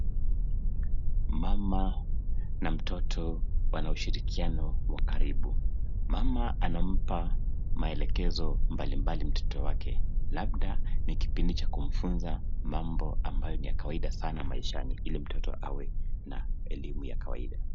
Mama na mtoto wana ushirikiano wa karibu. Mama anampa maelekezo mbalimbali mtoto wake labda ni kipindi cha kumfunza mambo ambayo ni ya kawaida sana maishani ili mtoto awe na elimu ya kawaida.